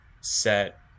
set